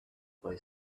boy